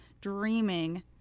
dreaming